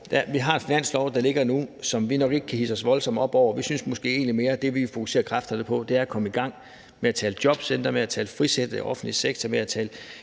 vi har en finanslov, der ligger nu, og som vi nok ikke kan hidse os voldsomt op over. Vi synes måske egentlig mere, at det, vi vil fokusere kræfterne på, er at komme i gang med at tale jobcenter og med at tale frisættelse af den offentlige sektor, og vi har